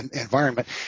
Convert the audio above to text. environment